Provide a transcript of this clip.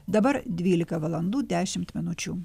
dabar dvylika valandų dešimt minučių